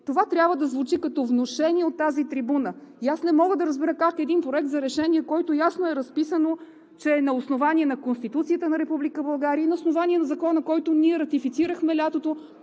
Това трябва да звучи като внушение от тази трибуна! Аз не мога да разбера как един Проект на решение, в който ясно е разписано, че на основание на Конституцията на Република България и на основание на Закона, който ние ратифицирахме през лятото,